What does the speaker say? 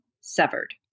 severed